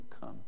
come